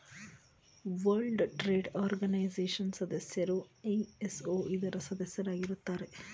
world trade organization ಸದಸ್ಯರು ISO ಇದರ ಸದಸ್ಯರಾಗಿರುತ್ತಾರೆ